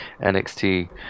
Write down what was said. nxt